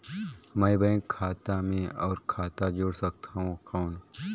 मैं बैंक खाता मे और खाता जोड़ सकथव कौन?